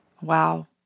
Wow